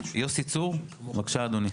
יוסי צור, בבקשה אדוני.